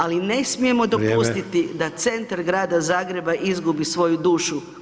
Ali ne smijemo dopustiti [[Upadica: Vrijeme.]] da centar grada Zagreba izgubi svoju dušu.